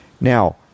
Now